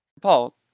Paul